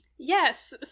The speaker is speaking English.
Yes